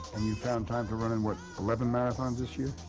and you found time to run in, what, eleven marathons this year?